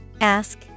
Ask